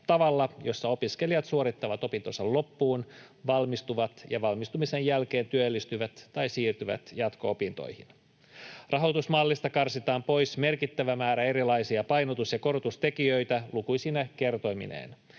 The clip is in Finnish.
tavalla, jolla opiskelijat suorittavat opintonsa loppuun, valmistuvat ja valmistumisen jälkeen työllistyvät tai siirtyvät jatko-opintoihin. Rahoitusmallista karsitaan pois merkittävä määrä erilaisia painotus- ja korotustekijöitä lukuisine kertoimineen.